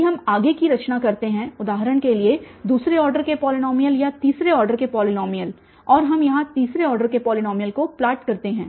यदि हम आगे की रचना करते हैं उदाहरण के लिए दूसरे ऑर्डर के पॉलीनॉमियल या तीसरे ऑर्डर के पॉलीनॉमियल और हम यहाँ तीसरे ऑर्डर के पॉलीनॉमियल को प्लॉट करते हैं